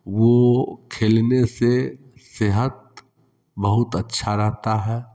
वह खेलने से सेहत बहुत अच्छी रहती है